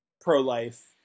pro-life